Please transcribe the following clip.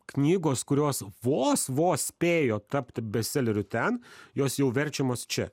knygos kurios vos vos spėjo tapti bestseleriu ten jos jau verčiamos čia